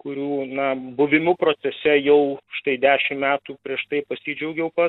kurių na buvimu procese jau štai dešim metų prieš tai pasidžiaugiau pats